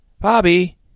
Bobby